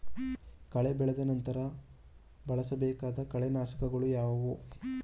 ಕಳೆ ಬೆಳೆದ ನಂತರ ಬಳಸಬೇಕಾದ ಕಳೆನಾಶಕಗಳು ಯಾವುವು?